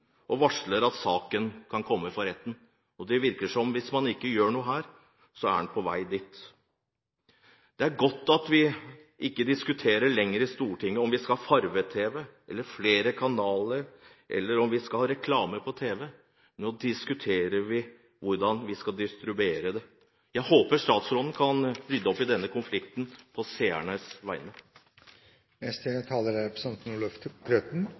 og varsler at saken kan komme for retten. Det virker som at hvis man ikke gjør noe her, er man på vei dit. Det er godt at vi i Stortinget ikke lenger diskuterer hvorvidt vi skal ha farge-tv eller flere kanaler, eller hvorvidt vi skal ha reklame på tv, men at vi nå diskuterer hvordan det skal distribueres. Jeg håper statsråden kan rydde opp i denne konflikten på seernes vegne. Det er